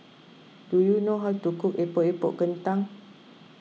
do you know how to cook Epok Epok Kentang